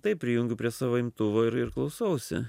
taip prijungiu prie savo imtuvo ir ir klausausi